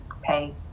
pay